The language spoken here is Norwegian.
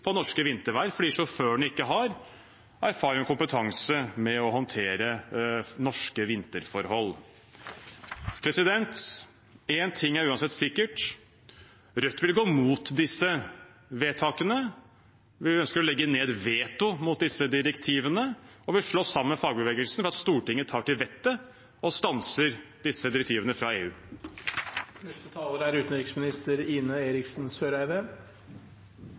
på norske vinterveier fordi sjåførene ikke har erfaring med og kompetanse til å håndtere norske vinterforhold. Én ting er uansett sikkert: Rødt vil gå mot disse vedtakene. Vi ønsker å legge ned veto mot disse direktivene. Vi slåss sammen med fagbevegelsen for at Stortinget skal ta til vettet og stanse disse direktivene fra EU.